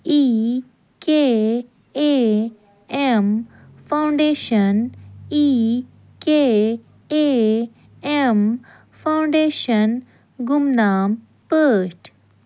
E K A M foundation I K A M foundation گُمنام پٲٹھۍ